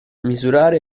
misurare